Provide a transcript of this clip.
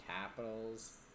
Capitals